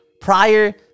Prior